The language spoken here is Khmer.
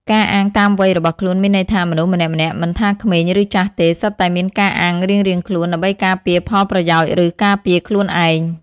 ការអាងតាមវ័យរបស់ខ្លួន មានន័យថា មនុស្សម្នាក់ៗមិនថាក្មេង ឬចាស់ទេ សុទ្ធតែមានការអាងរៀងៗខ្លួន ដើម្បីការពារផលប្រយោជន៍ ឬការពារខ្លួនឯង ។